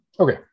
Okay